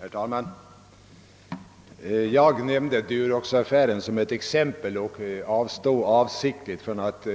Herr talman! Jag nämnde Duroxaffären endast som ett exempel och avstod avsiktligt från att